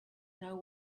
know